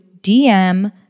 DM